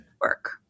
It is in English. work